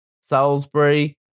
Salisbury